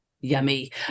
yummy